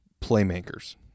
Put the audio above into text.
playmakers